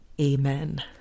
Amen